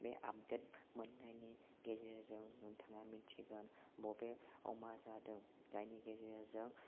बे आपडेट मोननायनि गेजेरजों नोंथाङा मिन्थिगोन बबेयाव मा जादों जायनि गेजेरजों